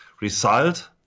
result